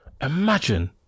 Imagine